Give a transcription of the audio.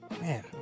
Man